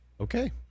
okay